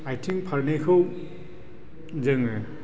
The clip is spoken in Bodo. आथिं फारनैखौ जोङो